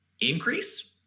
increase